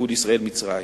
בגבול ישראל מצרים.